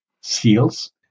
Seals